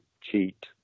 cheat